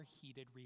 heated